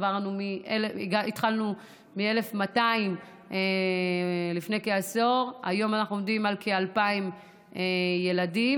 התחלנו מ-1,200 לפני כעשור והיום אנחנו עומדים על כ-2,000 ילדים.